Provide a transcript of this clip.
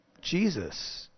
Jesus